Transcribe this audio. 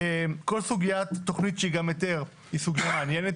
כל סוגיית תכנית שהיא גם היתר היא סוגיה מעניינת.